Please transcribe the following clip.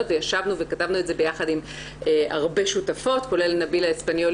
וישבנו וכתבנו את זה ביחד עם הרבה שותפות כולל נבילה אספניולי